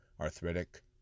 arthritic